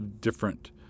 different